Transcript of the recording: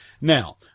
Now